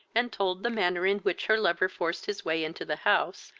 and told the manner in which her lover forced his way into the house,